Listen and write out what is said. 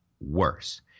worse